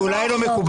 זה לא למשול,